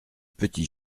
petit